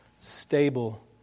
stable